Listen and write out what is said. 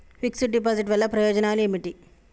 Fix డ్ deposit వల్ల ప్రయోజనాలు ఏమిటి?